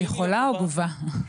יכולה או גובה?